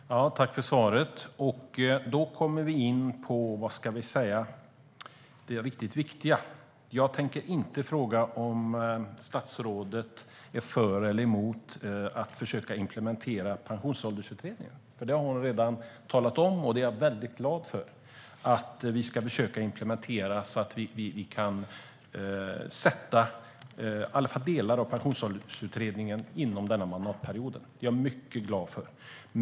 Fru talman! Tack för svaret! Därmed kommer vi in på det riktigt viktiga. Jag tänker inte fråga om statsrådet är för eller emot att försöka implementera pensionsåldersutredningens förslag, för det har hon redan talat om. Jag är mycket glad för att vi ska försöka implementera den så att vi kan ta in åtminstone delar av pensionsåldersutredningen under innevarande mandatperiod. Det är jag mycket glad för.